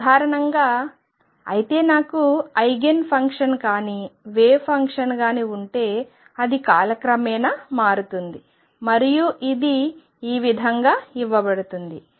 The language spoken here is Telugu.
సాధారణంగా అయితే నాకు ఐగెన్ ఫంక్షన్ కానీ వేవ్ ఫంక్షన్ ఉంటే అది కాలక్రమేణా మారుతుంది మరియు ఇది ఈ విధంగా ఇవ్వబడుతుంది